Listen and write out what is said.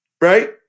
right